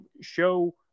show